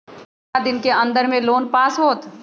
कितना दिन के अन्दर में लोन पास होत?